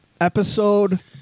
Episode